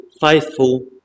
faithful